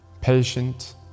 patient